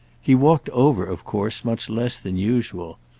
he walked over of course much less than usual,